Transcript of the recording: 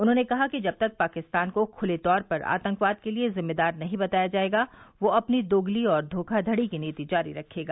उन्होंने कहा कि जब तक पाकिस्तान को खुले तौर पर आतंकवाद के लिए जिम्मेदार नहीं बताया जाएगा वह अपनी दोगली और धोखाघड़ी की नीति जारी रखेगा